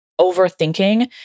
overthinking